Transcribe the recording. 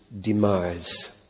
demise